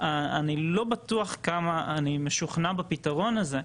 לא בטוח כמה אני משוכנע בפתרון הזה.